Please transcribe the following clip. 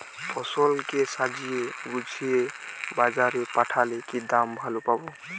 ফসল কে সাজিয়ে গুছিয়ে বাজারে পাঠালে কি দাম ভালো পাব?